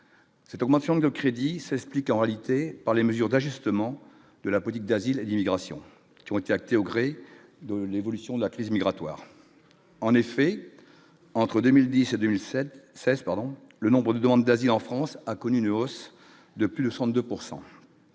Cette augmentation de crédit s'explique en réalité par les mesures d'ajustement de la politique d'asile à l'immigration qui ont été actés au gré de l'évolution de la crise migratoire en effet entre 2010 et 2007 16 le nombre de demandes d'asile en France a connu une hausse de plus de 102